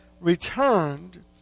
returned